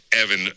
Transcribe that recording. Evan